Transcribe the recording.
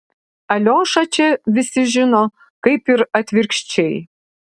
aliošą čia visi žino kaip ir atvirkščiai